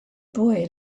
boy